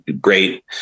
great